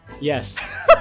Yes